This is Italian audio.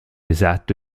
esatto